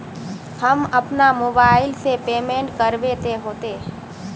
हम अपना मोबाईल से पेमेंट करबे ते होते?